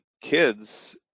kids